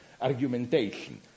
argumentation